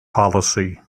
policy